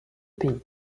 pays